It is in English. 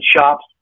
shops